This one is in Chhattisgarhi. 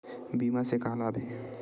बीमा से का लाभ हे?